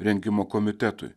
rengimo komitetui